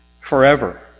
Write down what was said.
forever